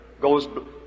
goes